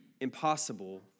impossible